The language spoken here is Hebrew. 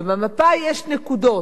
ובמפה יש נקודות.